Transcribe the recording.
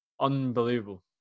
unbelievable